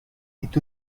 est